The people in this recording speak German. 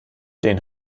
den